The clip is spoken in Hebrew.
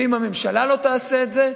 ואם הממשלה לא תעשה את זה,